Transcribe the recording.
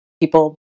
people